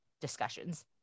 discussions